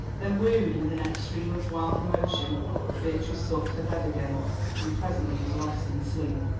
then wearied with an extreme of wild emotion beatrice sought her bed again and presently was lost in sleep.